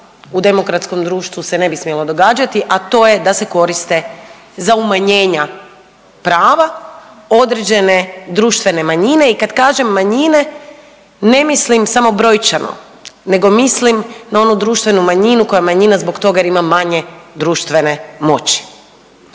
u demokratskom društvu se ne smjelo događati, a to je da se koriste za umanjenja prava određene društvene manjine i kad kažem manjine ne mislim samo brojčano nego mislim na onu društvenu manjinu koja je manjina zbog toga jer ima manje društvene moći.